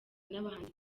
n’abahanzi